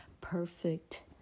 perfect